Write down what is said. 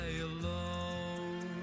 alone